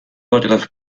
otros